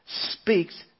speaks